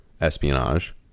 espionage